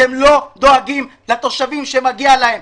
אתם לא דואגים לתושבים שמגיע להם.